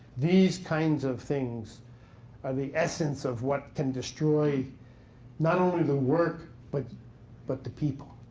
these kinds of things are the essence of what can destroy not only the work but but the people.